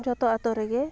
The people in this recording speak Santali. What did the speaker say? ᱡᱚᱛᱚ ᱟᱛᱳ ᱨᱮᱜᱮ